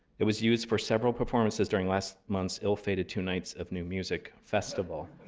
it was used for several performances during last month's ill-fated two nights of new music festival.